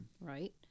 right